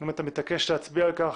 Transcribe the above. אם אתה מתעקש להצביע על כך.